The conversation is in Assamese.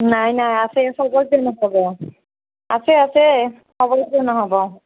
নাই নাই আছে খবৰ কিয় নহ'ব আছে আছে খবৰ কিয় নহ'ব